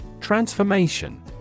Transformation